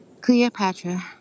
Cleopatra